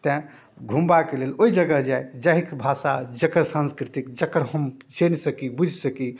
तेँ घुमबाके लेल ओहि जगह जाए जाहिके भाषा जकर सँस्कृतिके जकर हम जानि सकी बुझि सकी